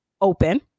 open